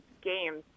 games